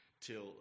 till